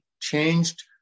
changed